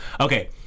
Okay